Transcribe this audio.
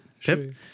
tip